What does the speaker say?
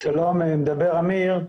שלום, מדבר אמיר.